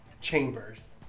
chambers